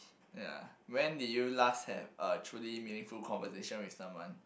ya when did you last have a truly meaningful conversation with someone